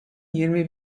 yirmi